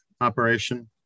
operation